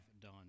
done